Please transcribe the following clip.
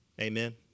Amen